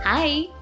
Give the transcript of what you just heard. Hi